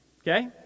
Okay